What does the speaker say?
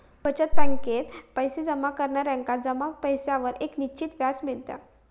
बचत बॅकेत पैशे जमा करणार्यांका जमा पैशांवर एक निश्चित व्याज मिळता